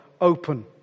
open